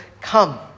come